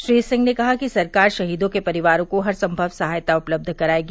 श्री सिंह ने कहा कि सरकार शहीर्दो के परिवारों को हर संभव सहायता उपलब्ध कराएगी